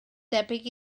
debyg